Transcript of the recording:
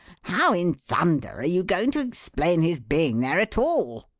how in thunder are you going to explain his being there at all?